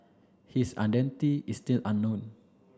his identity is still unknown